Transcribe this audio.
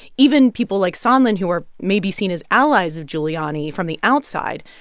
even people like sondland, who are maybe seen as allies of giuliani from the outside,